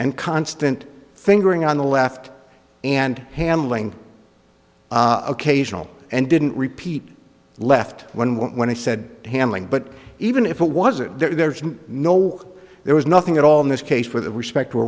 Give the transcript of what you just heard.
and constant fingering on the left and handling occasional and didn't repeat left when when he said handling but even if it wasn't there's no there was nothing at all in this case for the respect